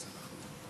גברתי השרה,